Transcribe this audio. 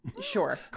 sure